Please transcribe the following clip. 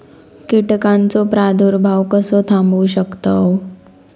कीटकांचो प्रादुर्भाव कसो थांबवू शकतव?